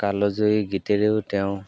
কালজয়ী গীতেৰেও তেওঁ